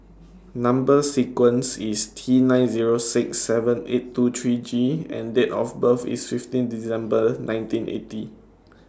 Number sequence IS T nine Zero six seven eight two three G and Date of birth IS fifteen December nineteen eighty